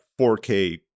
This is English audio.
4K